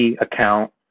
account